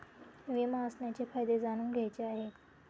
विमा असण्याचे फायदे जाणून घ्यायचे आहे